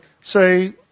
say